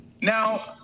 Now